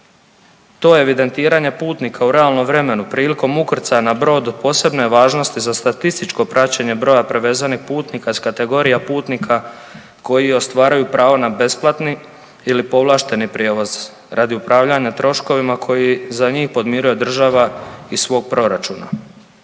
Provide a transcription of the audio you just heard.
To evidentiranje putnika u realnom vremenu prilikom ukrcaja na brod od posebne je važnosti za statističko praćenje broja prevezenih putnika s kategorija putnika koji ostvaruju pravo na besplatni ili povlašteni prijevoz radi upravljanja troškovima koji za njih podmiruje država iz svog proračuna.